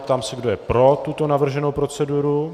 Ptám se, kdo je pro tuto navrženou proceduru.